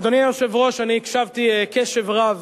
אדוני היושב-ראש, אני הקשבתי קשב רב